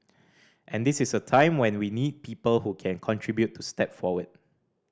and this is a time when we need people who can contribute to step forward